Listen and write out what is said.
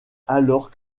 alors